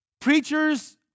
Preachers